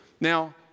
Now